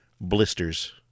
Blisters